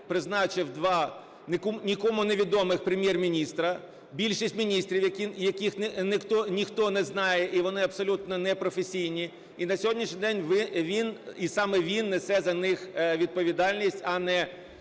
призначив 2 нікому не відомих Прем'єр-міністра, більшість міністрів, яких ніхто не знає і вони абсолютно не професійні. І на сьогоднішній день він і саме він несе за них відповідальність, а не